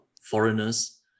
foreigners